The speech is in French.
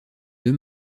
deux